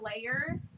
layer